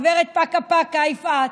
הגברת פקה-פקה יפעת,